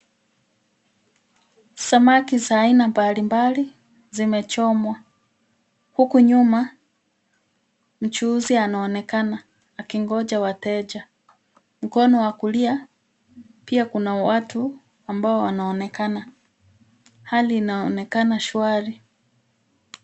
Samaki za aina mbalimbali zimechomwa huku nyuma mchuuzi anaonekana akingoja wateja. Mkono wa kulia, pia Kuna watu ambao wanaonekana. Hali inaonekana shwari.